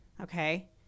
okay